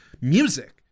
music